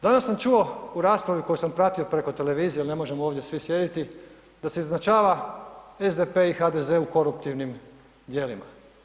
Danas sam čuo u raspravi koju sam pratio preko televizije jer ne možemo ovdje svi sjediti, da se izjednačava SDP i HDZ u koruptivnim djelima.